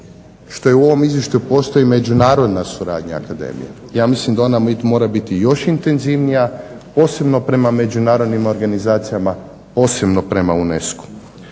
što u ovom izvješću postoji međunarodna suradnja Akademije. Ja mislim da ona mora biti još intenzivnija posebno prema međunarodnim organizacijama, posebno prema UNESCO-u.